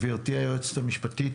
גברתי היועצת המשפטית,